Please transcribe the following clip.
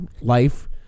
life